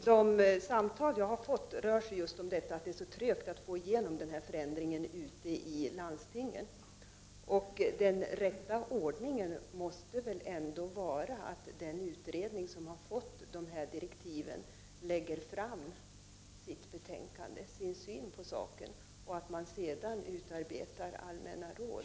Herr talman! De samtal som jag har haft rör sig om detta att det går så trögt att få igenom förändringen ute i landstingen. Den riktiga ordningen måste väl ändå vara att den utredning som har fått direktiven lägger fram sin syn på saken. Sedan kan man utarbeta allmänna råd.